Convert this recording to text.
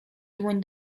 dłoń